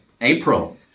April